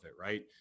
right